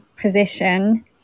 position